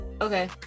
okay